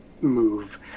move